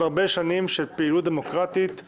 הרבה שנים של פעילות דמוקרטית רבת שנים.